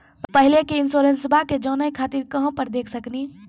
पहले के इंश्योरेंसबा के जाने खातिर कहां पर देख सकनी?